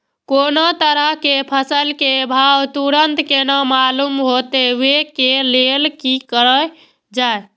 कोनो तरह के फसल के भाव तुरंत केना मालूम होते, वे के लेल की करल जाय?